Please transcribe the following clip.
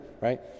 right